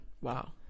Wow